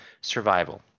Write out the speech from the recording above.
survival